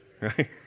Right